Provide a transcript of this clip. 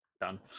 Done